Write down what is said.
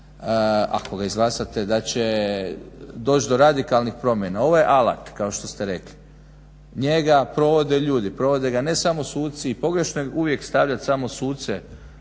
ako ga izglasate da će doć do radikalnih promjena. Ovo je alat kao što ste rekli. Njega provode ljudi, provode ga ne samo suci, pogrešno je uvijek stavljat samo suce,